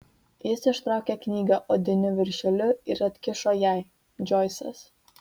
jis ištraukė knygą odiniu viršeliu ir atkišo jai džoisas